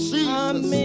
Jesus